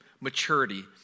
maturity